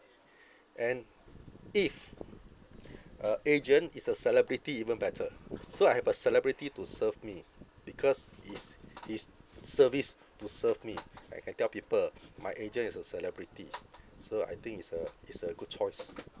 and if uh agent is a celebrity even better so I have a celebrity to serve me because it's his service to serve me like I can tell people my agent is a celebrity so I think it's a it's a good choice